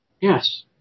Yes